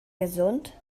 gesund